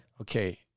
Okay